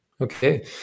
okay